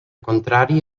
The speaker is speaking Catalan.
contrari